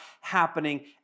happening